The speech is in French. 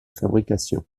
fabrication